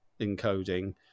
encoding